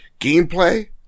gameplay